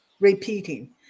repeating